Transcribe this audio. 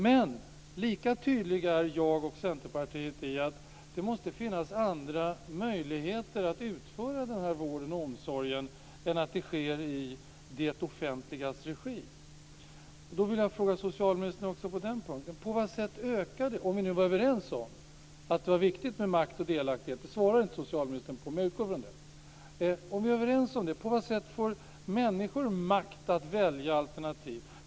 Men lika tydliga är jag och Centerpartiet i att det måste finnas andra möjligheter att utföra vård och omsorg än att det sker i det offentligas regi. Jag vill ställa en fråga till socialministern också på den punkten. Om vi nu är överens om att det är viktigt med makt och delaktighet - det svarade inte socialministern på, men jag utgår från det - på vad sätt får människor makt att välja alternativ?